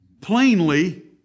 plainly